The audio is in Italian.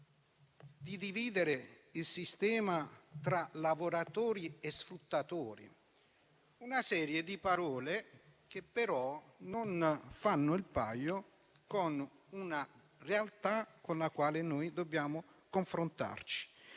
di dividere il sistema tra lavoratori e sfruttatori. Si è detta una serie di parole, che però non fanno il paio con una realtà con la quale dobbiamo confrontarci,